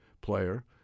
player